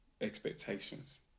expectations